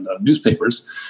newspapers